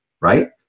right